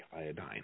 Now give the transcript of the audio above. iodine